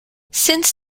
since